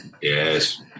Yes